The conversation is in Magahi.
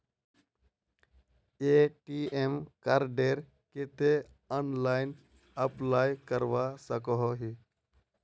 ए.टी.एम कार्डेर केते ऑनलाइन अप्लाई करवा सकोहो ही?